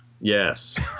Yes